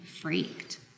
freaked